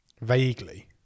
Vaguely